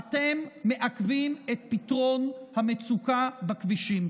אתם מעכבים את פתרון המצוקה בכבישים.